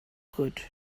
good